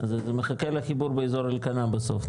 זה מחכה לחיבור באזור אלקנה בסוף,